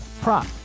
prop